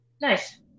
nice